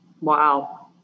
Wow